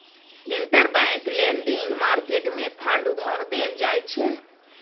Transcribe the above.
interbank lending market मे fund उधार देल जाइ छै